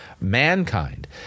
mankind